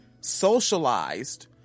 socialized